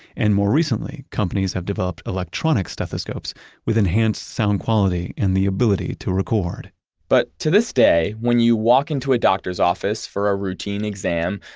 and more recently companies have developed electronic stethoscopes with enhanced sound quality and the ability to record but to this day, when you walk into a doctor's office for a routine exam,